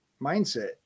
mindset